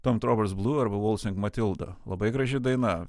tom traubers blue arba waltzing matilda labai graži daina